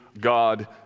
God